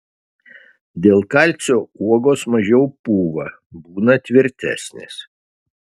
dėl kalcio uogos mažiau pūva būna tvirtesnės